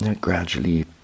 gradually